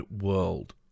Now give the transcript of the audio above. world